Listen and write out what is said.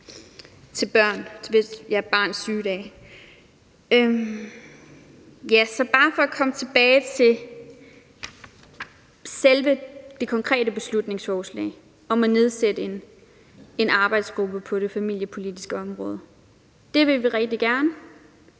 sygedage, altså barns sygedage. Så bare for at komme tilbage til selve det konkrete beslutningsforslag om at nedsætte en arbejdsgruppe på det familiepolitiske område, vil jeg sige, at det